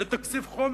לתקציב חומש,